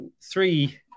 three